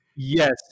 Yes